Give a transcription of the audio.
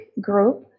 group